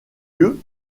lieu